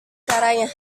caranya